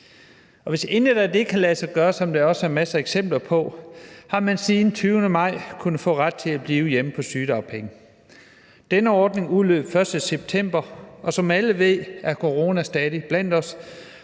Og hvis intet af det kan lade sig gøre – hvilket der også er masser af eksempler på – har man siden den 20. maj kunnet få ret til at blive hjemme på sygedagpenge. Denne ordning udløb den 1. september, og som alle ved, er corona stadig blandt os,